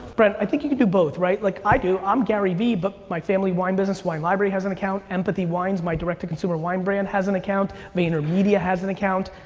brent, i think you can do both. like i do. i'm gary vee but my family wine business, wine library has an account. empathy wines, my direct-to-consumer wine brand has an account, vaynermedia has an account.